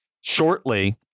shortly